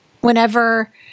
Whenever